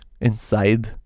inside